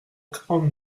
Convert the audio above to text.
quarante